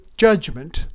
judgment